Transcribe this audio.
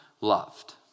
loved